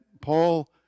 Paul